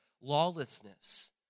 lawlessness